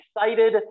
excited